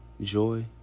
Joy